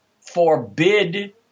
forbid